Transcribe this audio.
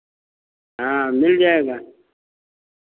हाँ मिल जाएगा